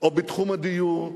או בתחום הדיור,